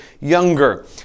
younger